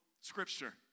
Scripture